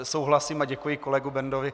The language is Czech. Souhlasím a děkuji kolegovi Bendovi.